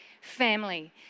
family